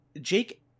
Jake